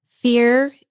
fear